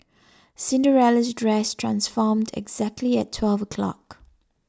Cinderella's dress transformed exactly at twelve o'clock